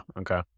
Okay